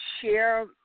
share